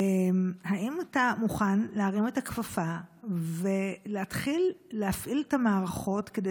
האם אתה מוכן להרים את הכפפה ולהתחיל להפעיל את המערכות כדי